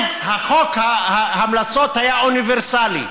אם חוק ההמלצות היה אוניברסלי,